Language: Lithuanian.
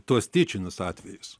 tuos tyčinius atvejus